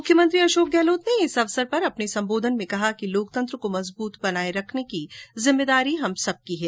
मुख्यमंत्री अशोक गहलोत ने इंस अवसर पर अपने संबोधन में कहा कि लोकतंत्र को मंजबृत बनाये रखने की जिम्मेदारी हम सबकी है